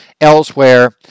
elsewhere